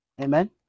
Amen